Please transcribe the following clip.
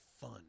fun